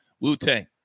Wu-Tang